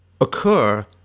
occur